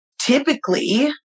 typically